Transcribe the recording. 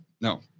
no